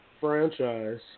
franchise